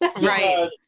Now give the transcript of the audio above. right